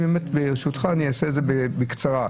ברשותך, אני אתייחס בקצרה.